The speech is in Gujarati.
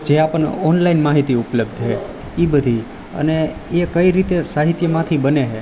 જે આપણને ઓનલાઈન માહિતી ઉપલબ્ધ છે એ બધી અને એ કઈ રીતે સાહિત્યમાંથી બને છે